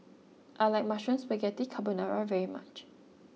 I like Mushroom Spaghetti Carbonara very much